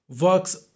works